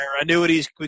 Annuities